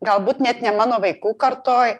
galbūt net ne mano vaikų kartoj